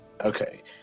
Okay